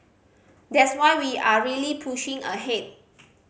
that's why we are really pushing ahead